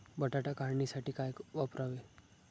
बटाटा काढणीसाठी काय वापरावे?